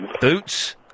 Boots